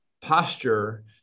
posture